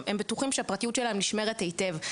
הם בטוחים שהפרטיות שלהם נשמרת היטב.